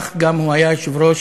וגם היה יושב-ראש